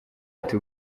iti